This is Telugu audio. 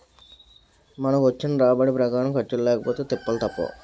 మనకొచ్చిన రాబడి ప్రకారం ఖర్చులు లేకపొతే తిప్పలు తప్పవు